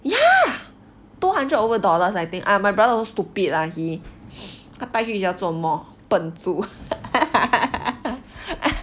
ya two hundred over dollars I think ah my brother also stupid lah he 他带去 with 他做什么笨猪